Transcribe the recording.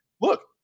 Look